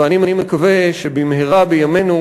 ואני מקווה שבמהרה בימינו,